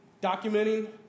documenting